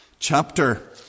chapter